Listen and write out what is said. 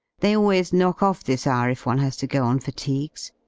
they always knock off this hour if one has to go on fatigues,